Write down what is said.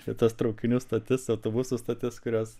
šitas traukinių stotis autobusų stotis kurios